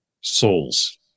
souls